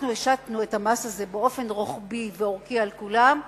אנחנו השתנו את המס הזה באופן רוחבי ואורכי על כולם,